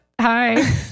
hi